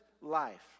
life